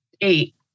eight